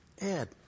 Ed